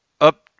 Up